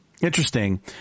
interesting